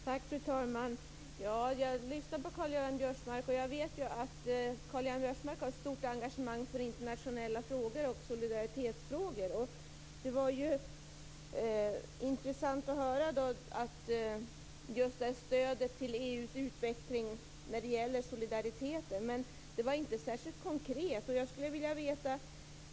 Fru talman! Jag vet att Karl-Göran Biörsmark har ett stort engagemang för internationella frågor och solidaritetsfrågor. Det var intressant att höra om stödet till EU:s utveckling när det gäller solidariteten. Det var inte särskilt konkret.